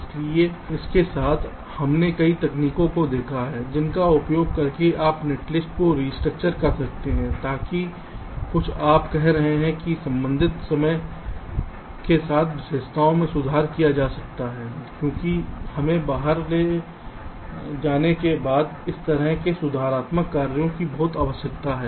इसलिए इसके साथ हमने कई तकनीकों को देखा है जिनका उपयोग करके आप नेटलिस्ट को रिस्ट्रक्चर कर सकते हैं ताकि कुछ आप कह सकें कि संबंधित समय के साथ विशेषताओं में सुधार किया जा सकता है क्योंकि हमें बाहर ले जाने के बाद इस तरह के सुधारात्मक कार्यों की बहुत आवश्यकता है